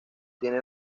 tiene